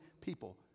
people